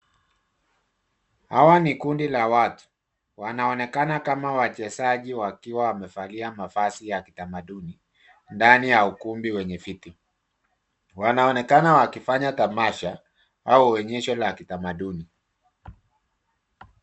Hawa ni kundi la watu. Wanaonekana kama wachezaji wakiwa wamevalia mavazi ya kitamaduni ndani ya ukumbi wenye viti. Wanaonekana wakifanya tamasha au onyesho la kitamaduni.